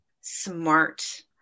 smart